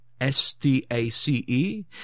S-T-A-C-E